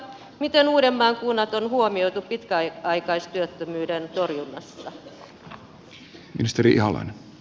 miten uudenmaan kunnat on huomioitu pitkäaikaistyöttömyyden torjunnassa